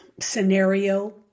scenario